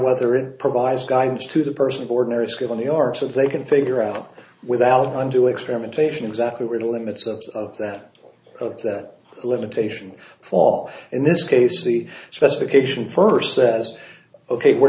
whether it provides guidance to the person of ordinary skill in the arts as they can figure out without undue experimentation exactly where the limits of that limitation fall in this case the specification first says ok we're